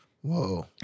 Whoa